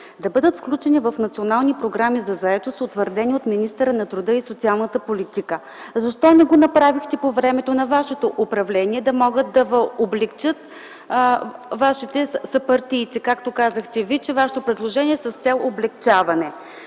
да бъдат включени в национални програми за заетост, утвърдени от министъра на труда и социалната политика. Защо не го направихте по времето на Вашето управление, за да могат да ви облекчат вашите съпартийци, както казахте, че Вашето предложение е с цел облекчаване?